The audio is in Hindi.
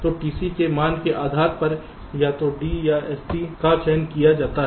तो TC के मान के आधार पर या तो D या SD का चयन किया जाता है